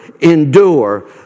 endure